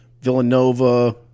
Villanova